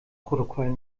protokoll